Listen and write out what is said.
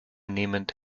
nehmend